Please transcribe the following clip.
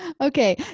Okay